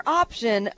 option